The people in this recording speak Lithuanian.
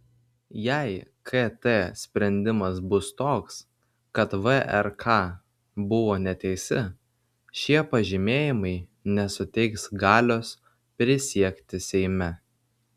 jei kt sprendimas bus toks kad vrk buvo neteisi šie pažymėjimai nesuteiks galios prisiekti seime